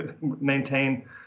maintain